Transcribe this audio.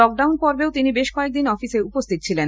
lockdown পর্বেও তিনি বেশ কয়েকদিন অফিসে উপস্থিত ছিলেন